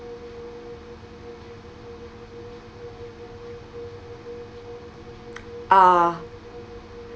uh